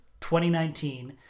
2019